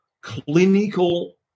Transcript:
clinical